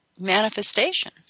manifestation